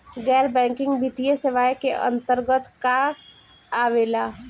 गैर बैंकिंग वित्तीय सेवाए के अन्तरगत का का आवेला?